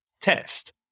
test